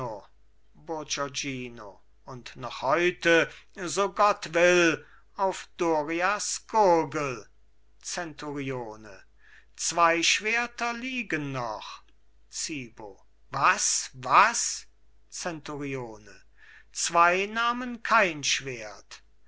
und noch heute so gott will auf dorias gurgel zenturione zwei schwerter liegen noch zibo was was zenturione zwei nahmen kein schwert